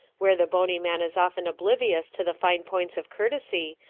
where the bony man is often oblivious to the fine points of courtesy,